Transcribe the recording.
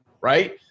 Right